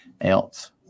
else